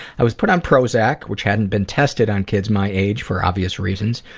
i was put on prozac which hadn't been tested on kids my age for obvious reasons.